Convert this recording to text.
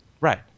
right